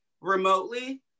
remotely